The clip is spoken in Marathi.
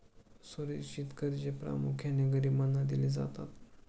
असुरक्षित कर्जे प्रामुख्याने गरिबांना दिली जातात